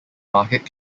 market